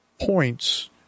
points